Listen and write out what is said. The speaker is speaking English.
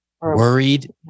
Worried